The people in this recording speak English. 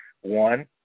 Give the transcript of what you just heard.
One